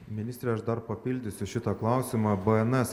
ministre aš dar papildysiu šitą klausimą bns